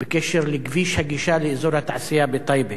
בקשר לכביש הגישה לאזור התעשייה בטייבה.